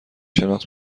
شناخت